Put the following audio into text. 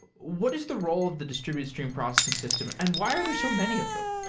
what is the role of the distributed stream processing system and why are there so many of them?